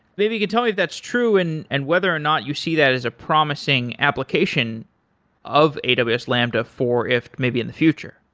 maybe you could tell me if that's true and and whether or not you see that as a promising application of aws lambda for ifttt maybe in the future.